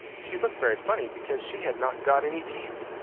she looked very funny, because she had not got any teeth,